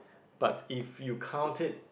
but if you count it